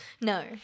No